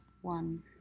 one